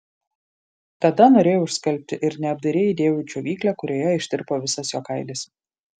tada norėjau išskalbti ir neapdairiai įdėjau į džiovyklę kurioje ištirpo visas jo kailis